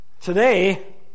Today